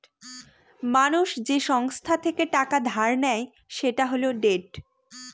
মানুষ যে সংস্থা থেকে টাকা ধার নেয় সেটা হল ডেট